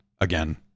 again